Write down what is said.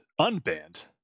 unbanned